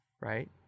right